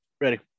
Ready